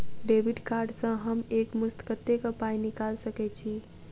Debit card सँ हम एक मुस्त कत्तेक पाई निकाल सकय छी?